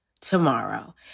tomorrow